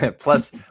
Plus